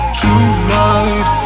tonight